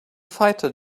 fighter